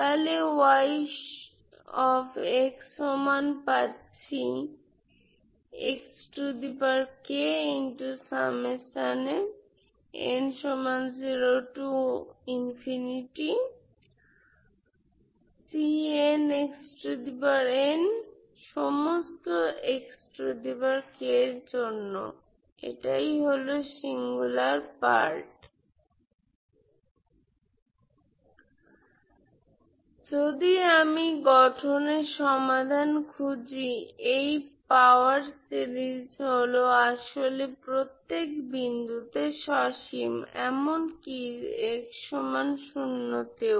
হল একটি singular part যদি আমি গঠনের সমাধান খুঁজি এই পাওয়ার সিরিজ হল আসলে প্রত্যেক বিন্দুতে সসীম এমনকি x0 তেও